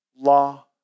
law